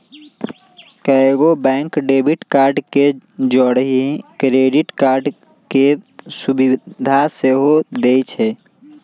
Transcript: कएगो bank debit card के जौरही क्रेडिट कार्ड के सुभिधा सेहो देइ छै